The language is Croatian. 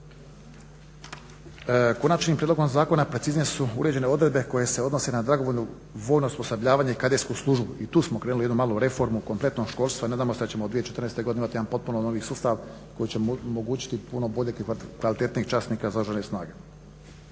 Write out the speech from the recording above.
Konačnim prijedlogom zakona preciznije su uređene odredbe koje se odnose na dragovoljno vojno osposobljavanje i kadetsku službu. I tu smo krenuli u jednu malu reformu kompletnog školstva i nadamo se da ćemo 2014. godine imati jedan potpuno novi sustav koji će omogućiti puno boljeg i kvalitetnijeg časnika za Oružane snage.